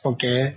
Okay